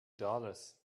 dollars